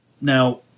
Now